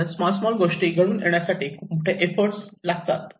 म्हणूनच small small गोष्टी घडून येण्यासाठी खूप मोठे एफर्ट लागतात